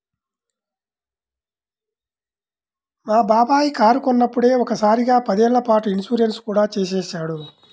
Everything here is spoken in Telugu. మా బాబాయి కారు కొన్నప్పుడే ఒకే సారిగా పదేళ్ళ పాటు ఇన్సూరెన్సు కూడా చేసేశాడు